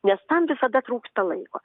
nes tam visada trūksta laiko